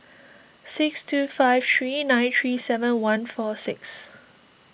six two five three nine three seven one four six